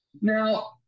Now